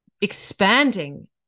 expanding